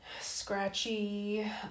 scratchy